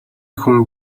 хүн